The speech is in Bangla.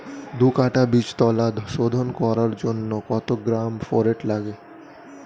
দু কাটা বীজতলা শোধন করার জন্য কত গ্রাম ফোরেট লাগে?